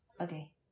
Okay